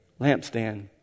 lampstand